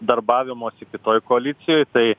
darbavimosi kitoj koalicijoj tai